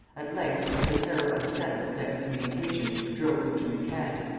at length, the terror of a sentence of excommunication drove him to recant,